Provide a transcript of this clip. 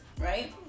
right